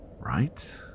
right